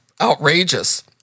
outrageous